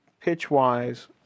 pitch-wise